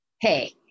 hey –